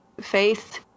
Faith